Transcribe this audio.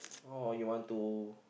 or you want to